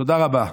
תודה רבה.